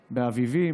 באביבים.